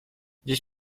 gdzieś